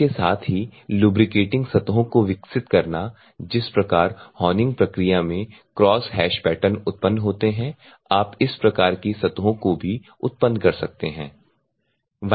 इसके साथ ही लुब्रिकेटिंग सतहों को विकसित करना जिस प्रकार होनिंग प्रक्रिया में क्रॉस हैच पैटर्न उत्पन्न होते हैं तो आप इस प्रकार की सतहों को भी उत्पन्न कर सकते हैं